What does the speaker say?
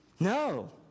No